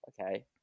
Okay